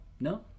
No